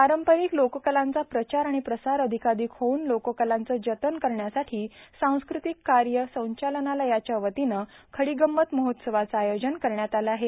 पारंपारिक लोककलांचा प्रचार आणि प्रसार अधिकाधिक होऊन लोककलांचं जतन करण्यासाठी सांस्कृतिक कार्य संचालनालयाच्यावतीनं खडीगंमत महोत्सवाचं आयोजन करण्यात आलं आहे